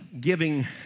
giving